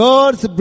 God's